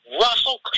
Russell